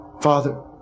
Father